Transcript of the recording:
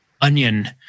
onion